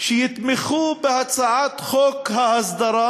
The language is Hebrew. שיתמכו בהצעת חוק ההסדרה,